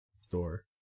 Store